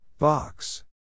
Box